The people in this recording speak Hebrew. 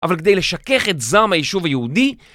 אבל כדי לשכך את זעם היישוב היהודי